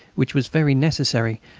which was very necessary,